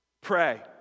Pray